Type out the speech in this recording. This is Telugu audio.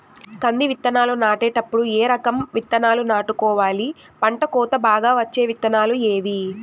కంది విత్తనాలు నాటేటప్పుడు ఏ రకం విత్తనాలు నాటుకోవాలి, పంట కోత బాగా వచ్చే విత్తనాలు ఏవీ?